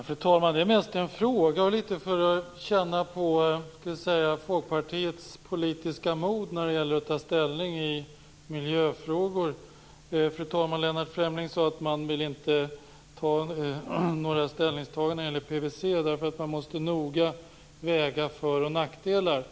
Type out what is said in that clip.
Fru talman! Jag vill ställa en fråga för att känna litet på Folkpartiets politiska mod när det gäller att ta ställning i miljöfrågor. Lennart Fremling sade att man inte vill göra några ställningstaganden när det gäller PVC, eftersom man måste väga för och nackdelar noga.